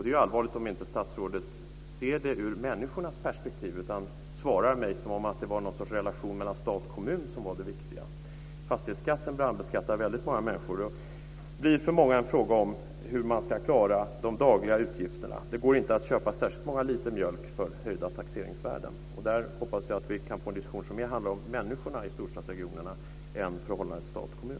Det är allvarligt om inte statsrådet ser det ur människornas perspektiv, utan svarar mig som om det var en relation mellan stat och kommun som var det viktiga. Fastighetsskatten brandbeskattar många människor, och det blir för många en fråga om hur man ska klara de dagliga utgifterna. Det går inte att köpa särskilt många liter mjölk för höjda taxeringsvärden. Jag hoppas att vi kan få en diskussion som mer handlar om människorna i storstadsregionerna än om förhållandet stat och kommun.